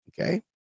okay